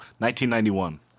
1991